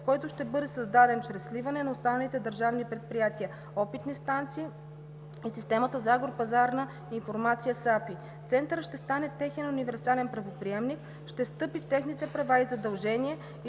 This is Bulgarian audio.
който ще бъде създаден чрез сливане на останалите държавни предприятия – опитни станции, и „Системата за агропазарна информация” (САПИ). Центърът ще стане техен универсален правоприемник, ще встъпи в техните права и задължения